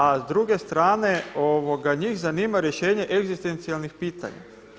A s druge strane njih zanima rješenje egzistencijalnih pitanja.